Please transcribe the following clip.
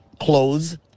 clothes